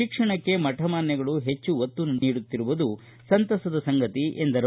ಶಿಕ್ಷಣಕ್ಕೆ ಮಠಮಾನ್ವಗಳು ಹೆಚ್ಚಿನ ಒತ್ತು ನೀಡುತ್ತಿರುವುದು ಸಂತಸದ ಸಂಗತಿ ಎಂದರು